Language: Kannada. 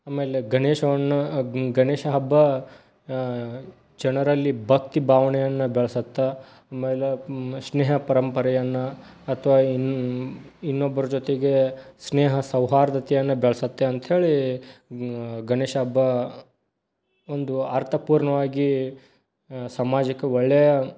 ಆಮೇಲೆ ಗಣೇಶನನ್ನ ಗಣೇಶ ಹಬ್ಬ ಜನರಲ್ಲಿ ಭಕ್ತಿ ಭಾವನೆಯನ್ನು ಬೆಳ್ಸತ್ತೆ ಆಮೇಲೆ ಸ್ನೇಹ ಪರಂಪರೆಯನ್ನು ಅಥವಾ ಇನ್ನು ಇನ್ನೊಬ್ಬರ ಜೊತೆಗೆ ಸ್ನೇಹ ಸೌಹಾರ್ದತೆಯನ್ನು ಬೆಳ್ಸುತ್ತೆ ಅಂತ್ಹೇಳಿ ಗಣೇಶ ಹಬ್ಬ ಒಂದು ಅರ್ಥಪೂರ್ಣವಾಗಿ ಸಮಾಜಕ್ಕೆ ಒಳ್ಳೆಯ